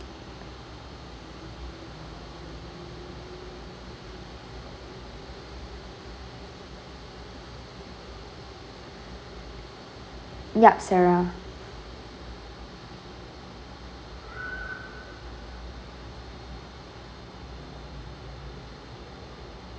ya sarah